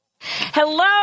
Hello